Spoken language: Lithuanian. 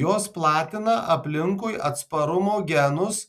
jos platina aplinkui atsparumo genus